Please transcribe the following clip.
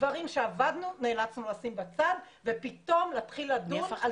דברים שעבדנו נאלצנו לשים בצד ופתאום להתחיל לדון על